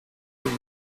with